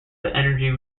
energy